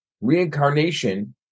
Reincarnation